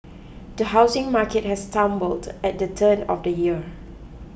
the housing market has stumbled at the turn of the year